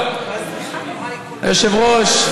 היושב-ראש,